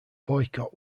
boycott